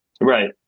Right